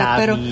pero